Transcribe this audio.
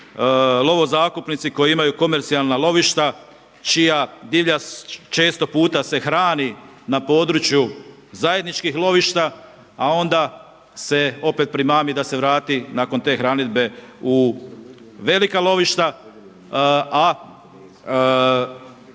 lovo zakupnici koji imaju komercijalna lovišta čija divljač često puta se hrani na području zajedničkih lovišta, a onda se opet primami da se vrati nakon te hranidbe u velika lovišta, a